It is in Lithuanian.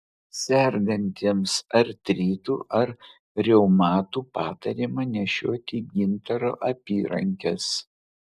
sergantiesiems artritu ar reumatu patariama nešioti gintaro apyrankes